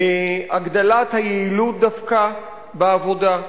הגדלת היעילות דווקא בעבודה,